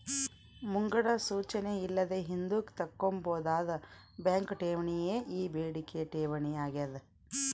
ಮುಂಗಡ ಸೂಚನೆ ಇಲ್ಲದೆ ಹಿಂದುಕ್ ತಕ್ಕಂಬೋದಾದ ಬ್ಯಾಂಕ್ ಠೇವಣಿಯೇ ಈ ಬೇಡಿಕೆ ಠೇವಣಿ ಆಗ್ಯಾದ